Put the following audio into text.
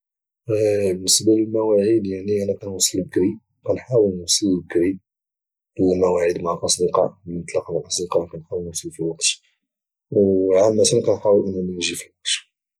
بالنسبة للمواعد يعني ديما انا كنوصل بكري كنحاول نوصل بكري للمواعد مع الأصدقاء ملي نتلاقا مع الأصدقاء كنحاول نوصل في الوقت او عامة كنحاول انني نجي في الوقت